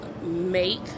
make